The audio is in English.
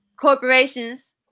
corporations